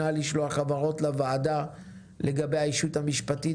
נא לשלוח הבהרות לוועדה לגבי הישות המשפטית